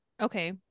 okay